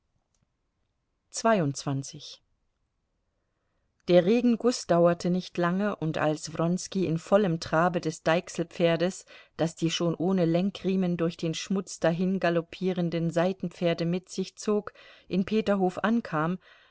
der regenguß dauerte nicht lange und als wronski in vollem trabe des deichselpferdes das die schon ohne lenkriemen durch den schmutz dahingaloppierenden seitenpferde mit sich zog in peterhof ankam